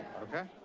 okay.